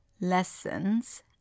lessons